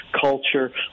culture